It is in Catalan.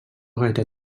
gaire